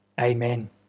Amen